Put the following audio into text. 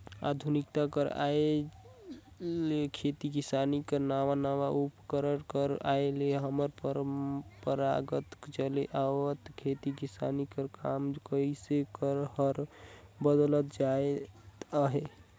आधुनिकता कर आए ले खेती किसानी कर नावा नावा उपकरन कर आए ले हमर परपरागत चले आवत खेती किसानी कर काम करई हर बदलत जात अहे